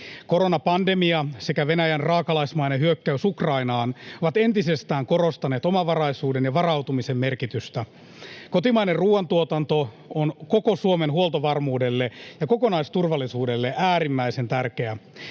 Koronapandemia sekä Venäjän raakalaismainen hyökkäys Ukrainaan ovat entisestään korostaneet omavaraisuuden ja varautumisen merkitystä. Kotimainen ruuantuotanto on koko Suomen huoltovarmuudelle ja kokonaisturvallisuudelle äärimmäisen tärkeä.